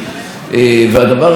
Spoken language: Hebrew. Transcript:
והדבר השני,